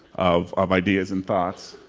of of ideas and thoughts.